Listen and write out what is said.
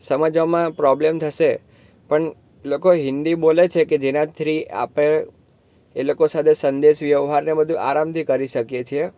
સમજવામાં પ્રોબ્લેમ થશે પણ લોકો હિન્દી બોલે છે કે જેનાથી આપણે એ લોકો સાથે સંદેશ વ્યવહાર ને બધું આરામથી કરી શકીએ છીએ